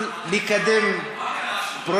ואתה בתוך